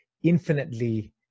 infinitely